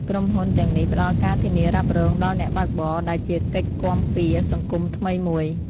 ក្រុមហ៊ុនទាំងនេះផ្ដល់ការធានារ៉ាប់រងដល់អ្នកបើកបរ ដែលជាកិច្ចគាំពារសង្គមថ្មីមួយ។